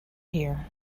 here